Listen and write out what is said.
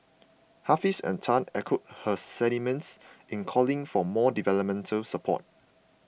Hafiz and Tan echoed her sentiments in calling for more developmental support